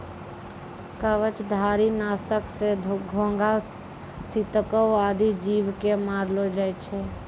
कवचधारी? नासक सँ घोघा, सितको आदि जीव क मारलो जाय छै